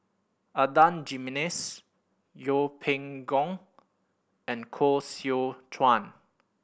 Adan Jimenez Yeng Pway Ngon and Koh Seow Chuan